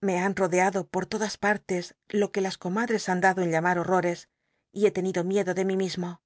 me han rodeado por todas partes lo que las comadrcs han dado en llamar horrores y he tenido miedo de mi mismo